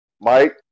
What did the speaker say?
Mike